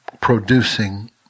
producing